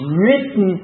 written